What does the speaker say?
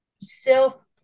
self